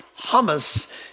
hummus